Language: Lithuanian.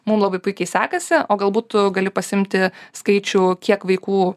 mum labai puikiai sekasi o galbūt tu gali pasiimti skaičių kiek vaikų